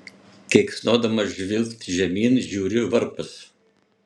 keiksnodamas žvilgt žemyn žiūriu varpas